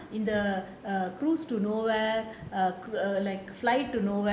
in the err cruise to nowhere err like flight to nowhere